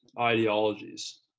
ideologies